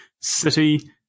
city